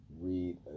read